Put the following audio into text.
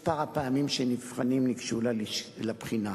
תוצאות הבחינה לפי מספר הפעמים שנבחנים ניגשו לבחינה: